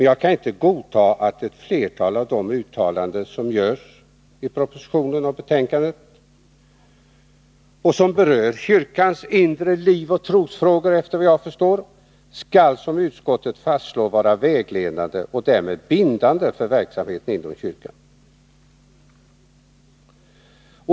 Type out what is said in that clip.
Jag kan inte godta att ett flertal av de uttalanden som görs i propositionen och betänkandet, och som efter vad jag förstår berör kyrkans inre liv och trosfrågor, skall som utskottet fastslår vara vägledande och därmed bindande för verksamheten inom kyrkan.